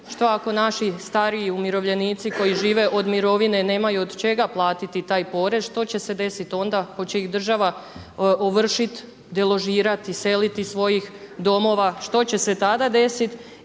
Što ako naši stariji umirovljenici koji žive od mirovine nemaju od čega platiti taj porez, što će se desiti onda? Hoće li ih država ovršit, deložirati, iseliti iz svojih domova, što će se tada desiti?